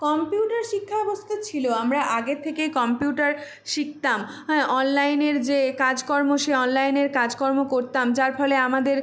computer শিক্ষাব্যবস্থা ছিলো আমরা আগের থেকেই কম্পিউটার শিখতাম হ্যাঁ অনলাইনের যে কাজকর্ম সেই অনলাইনের কাজকর্ম করতাম যার ফলে আমাদের